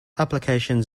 applications